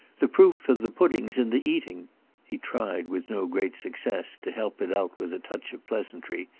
the proof of the pudding's in the eating he tried, with no great success, to help it out with a touch of pleasantry,